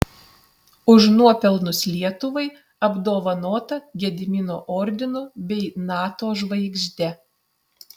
už nuopelnus lietuvai apdovanota gedimino ordinu bei nato žvaigžde